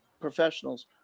professionals